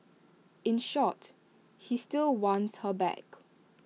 in short he still wants her back